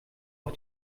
auf